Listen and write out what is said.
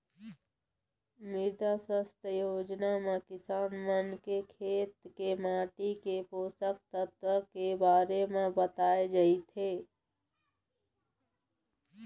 मृदा सुवास्थ योजना म किसान मन के खेत के माटी के पोसक तत्व के बारे म बताए जाथे